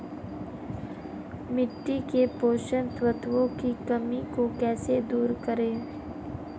मिट्टी के पोषक तत्वों की कमी को कैसे दूर करें?